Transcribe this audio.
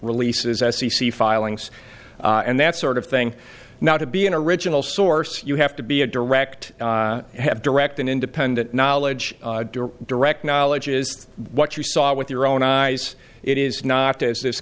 releases s e c filings and that sort of thing now to be an original source you have to be a direct have direct and independent knowledge or direct knowledge is what you saw with your own eyes it is not as this